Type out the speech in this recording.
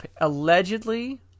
allegedly